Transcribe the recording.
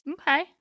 Okay